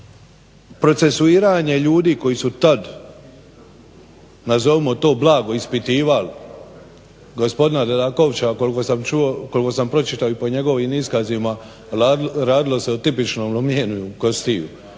procesuiranje ljudi koji su tada nazovimo to blago ispitivali gospodina Dedakovića koliko sam pročitao i po njegovim iskazima radilo o tipičnom lomljenju kostiju.